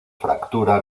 fractura